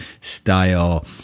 style